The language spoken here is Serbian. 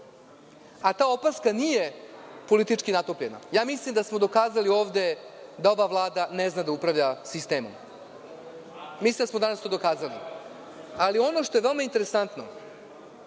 a ta opaska nije politički natopljena. Mislim da smo dokazali ovde da ova Vlada ne zna da upravlja sistemom. Mislim da smo danas to dokazali. Ali, ono što je veoma interesantno,